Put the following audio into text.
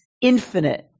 infinite